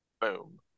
boom